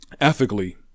ethically